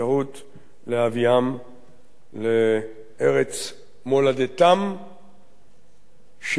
להביאם לארץ מולדתם שבה לא נולדו.